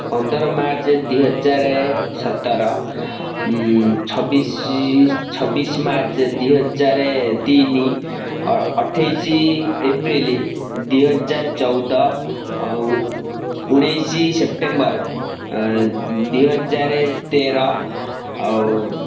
ପନ୍ଦର ମାର୍ଚ୍ଚ ଦିହଜାର ସତର ଛବିଶି ଛବିଶି ମାର୍ଚ୍ଚ ଦିହଜାର ତିନି ଅଠେଇଶି ଏପ୍ରିଲ ଦିହଜାର ଚଉଦ ଉଣେଇଶି ସେପ୍ଟେମ୍ବର ଦିହଜାର ତେର ଆଉ